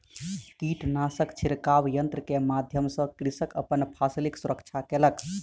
कीटनाशक छिड़काव यन्त्र के माध्यम सॅ कृषक अपन फसिलक सुरक्षा केलक